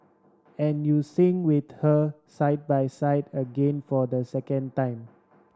and you sing with her side by side again for the second time